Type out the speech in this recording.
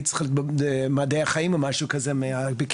היית צריכה להיות במדעי החיים או משהו כזה מהבקיאות.